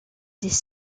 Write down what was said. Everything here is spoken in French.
des